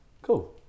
Cool